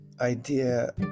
idea